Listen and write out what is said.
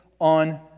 on